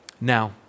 Now